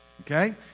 okay